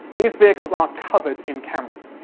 these vehicles are covered in cameras.